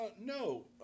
No